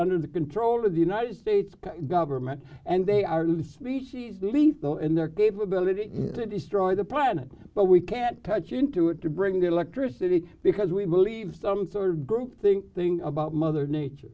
under the control of the united states government and they are new species lethal in their capability to destroy the planet but we can't touch into to bring the electricity because we believe some sort of groupthink thing about mother nature